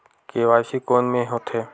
KYC कोन में होथे?